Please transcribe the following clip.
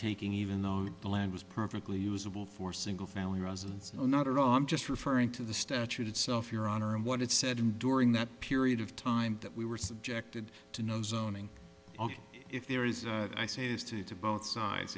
taking even though the land was perfectly usable for single family residence no not at all i'm just referring to the statute itself your honor and what it said in during that period of time that we were subjected to nose owning if there is i says to you to both sides